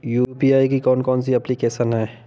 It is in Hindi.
यू.पी.आई की कौन कौन सी एप्लिकेशन हैं?